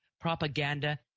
propaganda